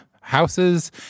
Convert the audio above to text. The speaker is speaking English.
houses